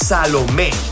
Salome